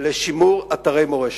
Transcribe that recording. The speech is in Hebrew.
לשימור אתרי מורשת.